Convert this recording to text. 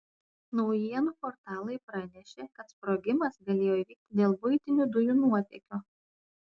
naujienų portalai pranešė kad sprogimas galėjo įvykti dėl buitinių dujų nuotėkio